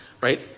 right